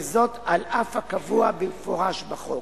וזאת על אף הקבוע במפורש בחוק.